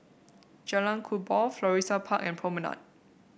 Jalan Kubor Florissa Park and Promenade